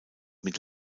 mit